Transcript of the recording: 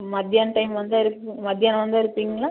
மத்தியான டைம் வந்தால் இருப்பீங் மத்தியானம் வந்தால் இருப்பீங்களா